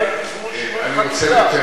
אולי תעשו משהו,